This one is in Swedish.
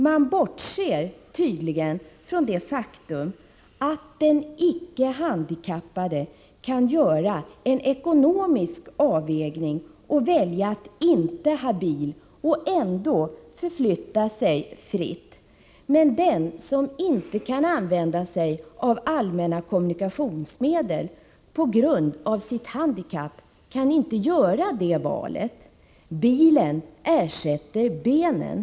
Man bortser från det faktum att den icke handikappade kan göra en ekonomisk avvägning och välja att inte ha bil och ändå förflytta sig fritt, men att den som inte kan använda sig av allmänna kommunikationsmedel på grund av sitt handikapp inte kan göra det valet. Bilen ersätter benen.